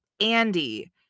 andy